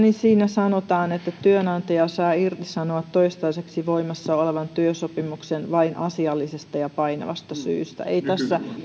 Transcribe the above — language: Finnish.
sanotaan että työnantaja saa irtisanoa toistaiseksi voimassa olevan työsopimuksen vain asiallisesta ja painavasta syystä